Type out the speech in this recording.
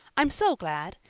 i'm so glad.